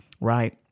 Right